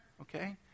okay